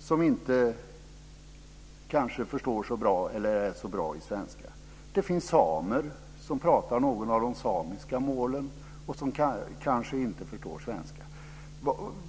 som kanske inte är så bra i svenska. Det finns samer som pratar något av de samiska målen och som kanske inte förstår svenska.